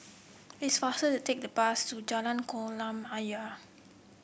it's faster to take the bus to Jalan Kolam Ayer